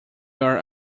are